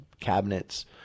cabinets